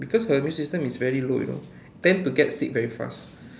because her immune system is very low you know tend to get sick very fast